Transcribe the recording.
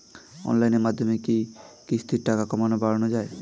অনলাইনের মাধ্যমে কি কিস্তির টাকা কমানো বাড়ানো যায়?